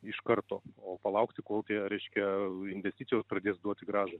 iš karto o palaukti kol tie reiškia investicijos pradės duoti grąžą